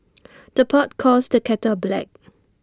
the pot calls the kettle black